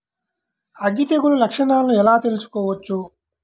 అగ్గి తెగులు లక్షణాలను ఎలా తెలుసుకోవచ్చు?